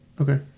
Okay